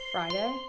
Friday